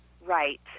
Right